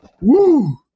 Woo